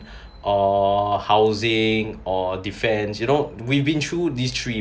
or housing or defense you know we've been through these three